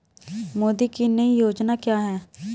मोदी की नई योजना क्या है?